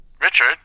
Richard